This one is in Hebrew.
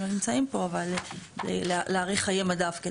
הם לא נמצאים פה, אבל להאריך חיי מדף.